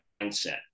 mindset